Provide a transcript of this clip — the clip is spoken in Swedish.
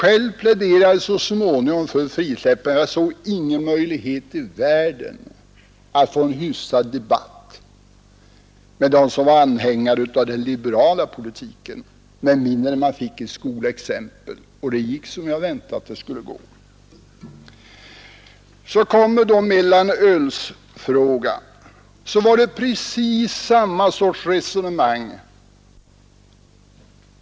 Själv pläderade jag så småningom för frisläppande, eftersom jag inte såg någon möjlighet i världen att föra en hyfsad debatt med dem som var anhängare av den liberala politiken med mindre man fick ett skolexempel — och det gick som jag hade väntat att det skulle gå. När sedan frågan om mellanölet togs upp till behandling fördes precis samma sorts resonemang.